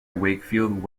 wakefield